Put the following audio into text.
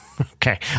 Okay